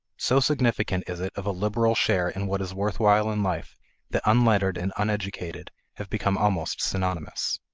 so significant is it of a liberal share in what is worth while in life that unlettered and uneducated have become almost synonymous.